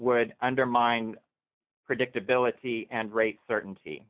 would undermine predictability and rate certainty